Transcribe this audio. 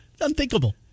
Unthinkable